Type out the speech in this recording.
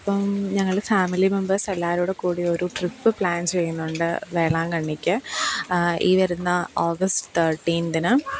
അപ്പം ഞങ്ങള് family members എല്ലാവരും കൂടി ഒരു ട്രിപ്പ് പ്ലാൻ ചെയ്യുന്നുണ്ട് വേളാങ്കണ്ണിക്ക് ഈ വരുന്ന ഓഗസ്റ്റ് തേർട്ടീൻത്തിന്